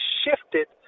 shifted